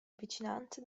vicinanze